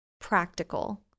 practical